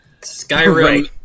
Skyrim